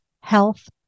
health